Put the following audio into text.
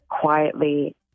quietly